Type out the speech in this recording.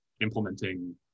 implementing